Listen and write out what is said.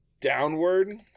downward